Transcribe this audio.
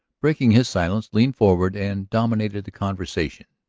breaking his silence, leaned forward and dominated the conversation.